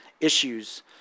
issues